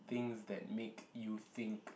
things that make you think